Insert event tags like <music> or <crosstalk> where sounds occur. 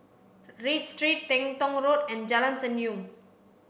<unintelligible> Read Street Teng Tong Road and Jalan Senyum